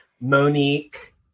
Monique